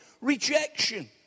Rejection